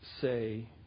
say